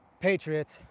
Patriots